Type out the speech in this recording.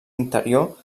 interior